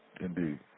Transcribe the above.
Indeed